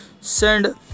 send